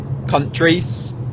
countries